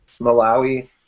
Malawi